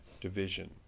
division